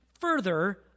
further